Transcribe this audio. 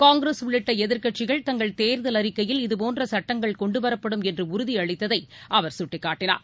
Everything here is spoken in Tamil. காங்கிரஸ் உள்ளிட்ட எதிர்க்கட்சிகள் தங்கள் தேர்தல் அறிக்கையில் இதுபோன்ற சட்டங்கள் கொண்டுவரப்படும் என்று உறுதி அளித்ததை அவர் சுட்டிக்காட்டினார்